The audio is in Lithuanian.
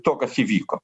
to kas įvyko